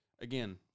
again